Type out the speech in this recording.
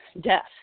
death